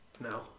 No